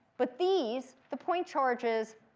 but these, the point charges,